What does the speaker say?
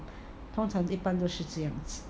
通常一般都是这样子